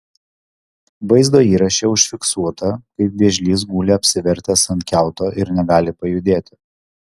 vaizdo įraše užfiksuota kaip vėžlys guli apsivertęs ant kiauto ir negali pajudėti